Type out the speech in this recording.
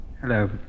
Hello